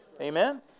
Amen